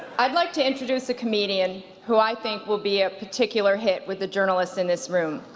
i'd like to introduce a comedian who i think will be a particular hit with the journalists in this room.